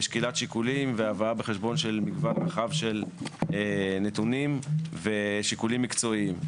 שקילת שיקולים והבאה בחשבון של מגוון רחב של נתונים ושיקולים מקצועיים.